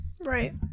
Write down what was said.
right